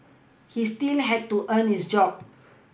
he still had to earn his job